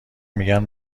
میگن